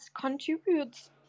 contributes